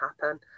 happen